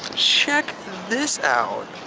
check this out.